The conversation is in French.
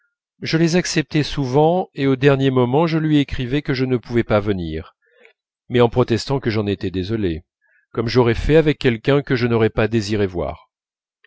je les acceptais souvent et au dernier moment je lui écrivais que je ne pouvais pas venir mais en protestant que j'en étais désolé comme j'aurais fait avec quelqu'un que je n'aurais pas désiré voir